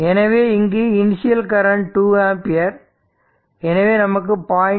எனவே இங்கு initial current 2 ampere எனவே நமக்கு 0